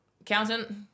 accountant